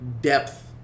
depth